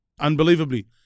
Unbelievably